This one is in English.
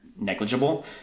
negligible